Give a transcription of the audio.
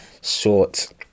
short